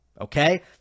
Okay